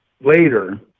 later